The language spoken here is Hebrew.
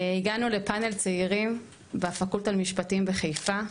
הגענו לפאנל צעירים בפקולטה למשפטים בחיפה,